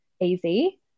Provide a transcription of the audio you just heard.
easy